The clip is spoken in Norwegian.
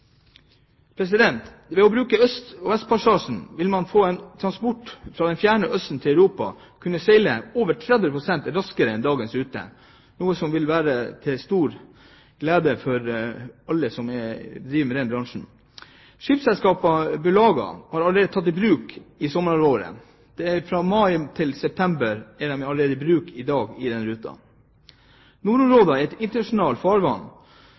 Ved å bruke øst–vest-passasjen vil man ved en transport fra det fjerne Østen til Europa kunne seile 30 pst. raskere enn med dagens rute, noe som vil være til stor glede for alle som driver i den bransjen. Skipsselskapet Beluga har allerede tatt ruten i bruk fra mai til september, i sommerhalvåret. Nordområdene er internasjonalt farvann. Det er et ansvar for alle de nordiske landene – og ikke minst Russland – å gjøre den